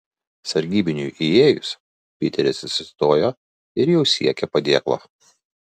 sargybiniui įėjus piteris atsistojo ir jau siekė padėklo